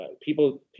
People